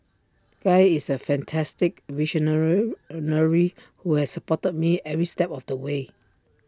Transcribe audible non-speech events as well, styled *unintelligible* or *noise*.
guy is A fantastic *unintelligible* who has supported me every step of the way